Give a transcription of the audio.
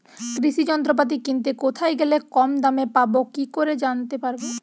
কৃষি যন্ত্রপাতি কিনতে কোথায় গেলে কম দামে পাব কি করে জানতে পারব?